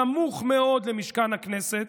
סמוך מאוד למשכן הכנסת,